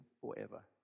forever